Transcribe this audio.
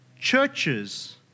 churches